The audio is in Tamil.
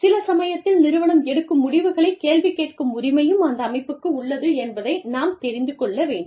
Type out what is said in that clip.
சில சமயத்தில் நிறுவனம் எடுக்கும் முடிவுகளைக் கேள்வி கேட்கும் உரிமையும் அந்த அமைப்புக்கு உள்ளது என்பதை நாம் தெரிந்து கொள்ள வேண்டும்